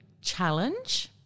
challenge